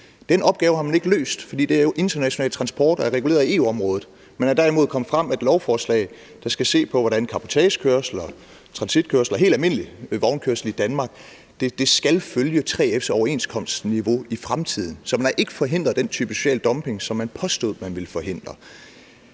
Den opgave har man ikke løst, fordi det jo er international transport og reguleret af EU-området. Men det er derimod kommet frem, at lovforslaget skal se på, hvordan cabotagekørsler, transitkørsel og helt almindelig vognkørsel i Danmark skal følge 3F's overenskomstniveau i fremtiden. Så man har ikke forhindret den type sociale dumping, som man påstod man ville forhindre.